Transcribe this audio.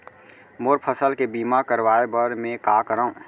मोर फसल के बीमा करवाये बर में का करंव?